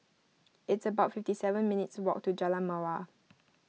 it's about fifty seven minutes' walk to Jalan Mawar